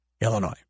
Illinois